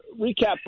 recap